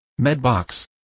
Medbox